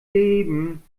leben